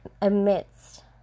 amidst